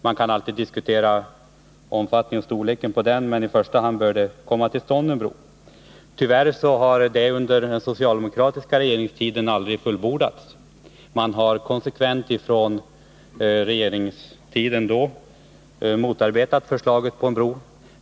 Man kan alltid diskutera omfattningen och storleken, men först och främst bör det komma till stånd en bro. Tyvärr har projektet aldrig fullbordats under den socialdemokratiska regeringstiden. Man har konsekvent motarbetat förslaget om en bro.